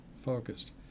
focused